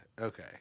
Okay